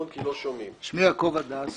שמי יעקב הדס,